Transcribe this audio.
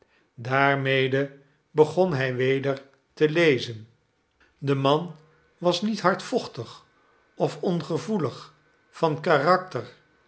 daarmede begon hij weder te lezen de man was niet hardvochtig of ongevoelig van karakter